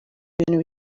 bintu